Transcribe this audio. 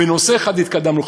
בנושא אחד התקדמנו,